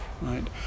right